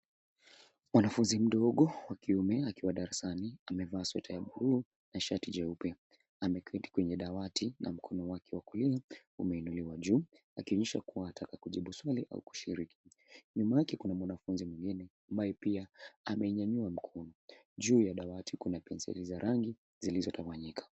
Mwanafunzi mdogo wa kiume akiwa darasani amevaa sweta ya buluu na shati jeupe. Ameketi kwenye dawati na mkono wake wa kulia umeinuliwa juu akionyesha kuwa anataka kujibu swali au kushiriki. Nyuma yake kuna mwanafunzi mwengine ambaye pia amenyanyua mkono. Juu ya dawati kuna penseli za rangi zilizotawanyika.